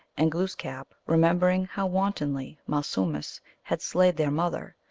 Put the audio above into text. and glooskap, remembering how wantonly malsumsis had slain their mother,